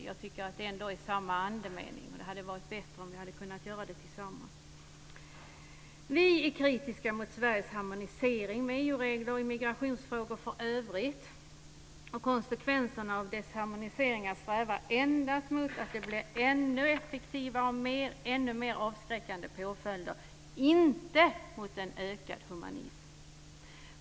Jag tycker att det är samma andemening, och det hade varit bättre om vi hade kunnat göra det tillsammans. Vi är kritiska mot Sveriges harmonisering med EU-regler i migrationsfrågor för övrigt. Konsekvenserna av dessa harmoniseringar strävar endast mot ännu effektivare och ännu mer avskräckande påföljder, inte mot en ökad humanism.